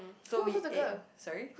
so we ate sorry